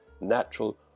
natural